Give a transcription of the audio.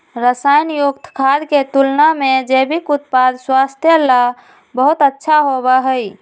रसायन युक्त खाद्य के तुलना में जैविक उत्पाद स्वास्थ्य ला बहुत अच्छा होबा हई